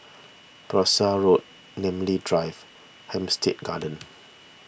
Parsi Road Namly Drive Hampstead Gardens